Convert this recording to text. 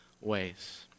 ways